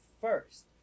first